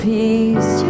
Peace